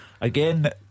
Again